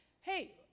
hey